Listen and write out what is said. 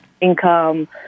income